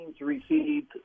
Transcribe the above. received